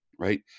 right